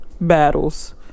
battles